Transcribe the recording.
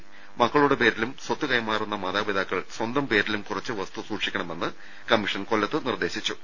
ട മക്കളുടെ പേരിൽ സ്വത്ത് കൈമാറുന്ന മാതാപിതാക്കൾ സ്വന്തം പേരിലും കുറച്ച് വസ്തു സൂക്ഷിക്കണമെന്ന് കമ്മീഷൻ കൊല്ലത്ത് നിർദ്ദേശിച്ചു